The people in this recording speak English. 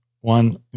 one